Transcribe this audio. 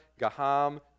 Gaham